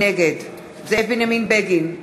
נגד זאב בנימין בגין,